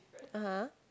(uh huh)